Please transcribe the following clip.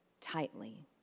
tightly